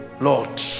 Lord